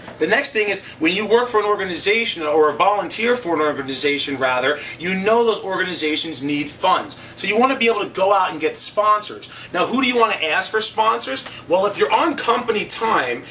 the next thing is when you work for an organization or volunteer for an organization, rather, you know those organizations need funds. so you want to be able to go out and get sponsors. now, who do you want to ask for sponsors? if you're on company time,